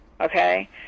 Okay